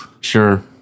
Sure